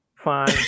fine